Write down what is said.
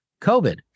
COVID